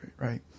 right